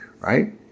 right